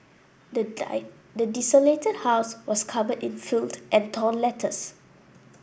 the the desolated house was covered in filth and torn letters